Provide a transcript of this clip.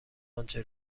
آنچه